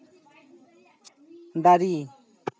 ᱫᱟᱨᱤ